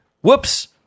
whoops